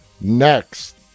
Next